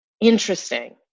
Interesting